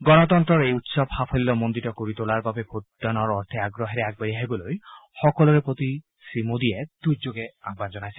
গণতন্ত্ৰৰ এই উৎসৱ সাফল্যমণ্ডিত কৰি তোলাৰ বাবে ভোটদানৰ অৰ্থে আগ্ৰহেৰে আগবাঢ়ি আহিবলৈ সকলোৰে প্ৰতি শ্ৰীমোদীয়ে টূইটযোগে আহান জনাইছে